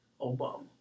Obama